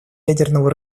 ядерного